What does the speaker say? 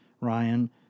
Ryan